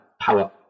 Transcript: power